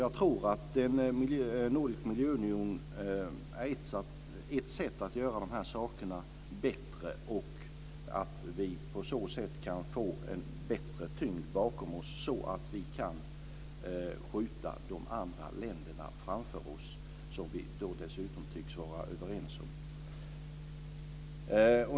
Jag tror att en nordisk miljöunion är ett sätt att göra de här sakerna bättre så att vi på så sätt kan få en bättre tyngd bakom oss och kan skjuta de andra länderna framför oss, som vi dessutom tycks vara överens om.